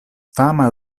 fama